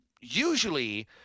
usually